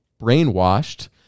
brainwashed